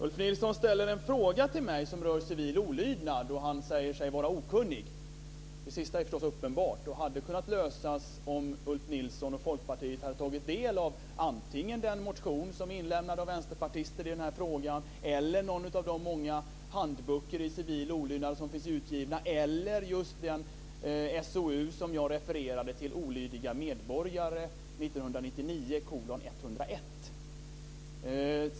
Ulf Nilsson ställer en fråga till mig som rör civil olydnad och säger sig vara okunnig. Det sista är förstås uppenbart och hade kunnat lösas om Ulf Nilsson och Folkpartiet hade tagit del av antingen den motion som är väckt av vänsterpartister i den här frågan, någon av de många handböcker i civil olydnad som finns utgivna eller just den utredning jag refererade till, SOU 1999:101 Olydiga medborgare.